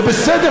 זה בסדר,